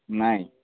ନାଇଁ